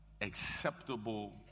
acceptable